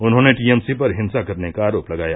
उन्होंने टीएमसी पर हिंसा करने का आरोप लगाया